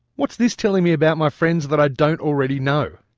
what is this telling me about my friends that i don't already know?